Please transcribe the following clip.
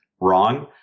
wrong